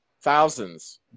Thousands